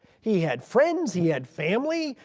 he had friends, he had family.